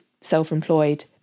self-employed